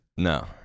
no